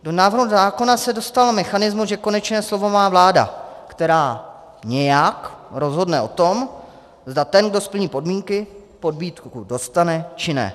Do návrhu zákona se dostal mechanismus, že konečné slovo má vláda, která nějak rozhodne o tom, zda ten, kdo splní podmínky, pobídku dostane, či ne.